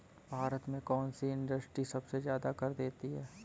भारत में कौन सी इंडस्ट्री सबसे ज्यादा कर देती है?